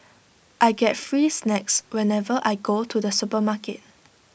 I get free snacks whenever I go to the supermarket